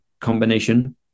combination